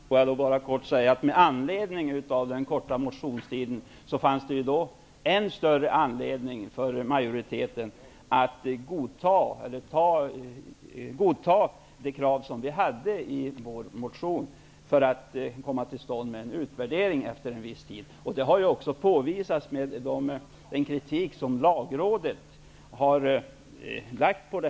Herr talman! Jag skall kortfattat säga att det med anledning av den korta motionstiden fanns ännu större anledning för utskottsmajoriteten att tillstyrka vår motion för att en utvärdering skulle komma till stånd efter en viss tid. Detta har också påvisats genom Lagrådets kritik mot detta förslag.